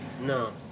No